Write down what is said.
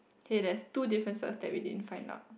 okay there is two differences that we didn't find out